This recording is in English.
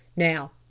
now,